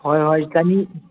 ꯍꯣꯏ ꯍꯣꯏ ꯆꯅꯤ